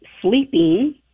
sleeping